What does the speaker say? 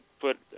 put